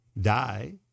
die